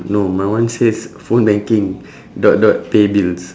no my one says phone banking dot dot pay bills